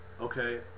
Okay